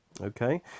Okay